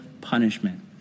punishment